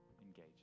engage